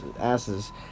asses